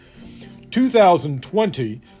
2020